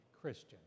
Christian